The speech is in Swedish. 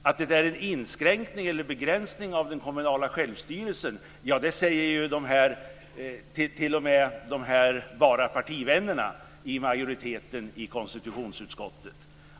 Att det är en inskränkning eller en begränsning av den kommunala självstyrelsen säger t.o.m. de här bara partivännerna i majoriteten i konstitutionsutskottet.